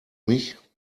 mich